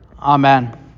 Amen